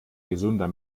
gesunder